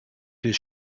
his